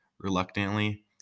Reluctantly